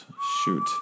Shoot